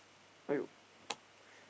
!aiyo!